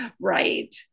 Right